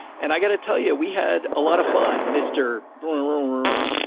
and i got to tell you, we had a lot of fun, mr. rumor.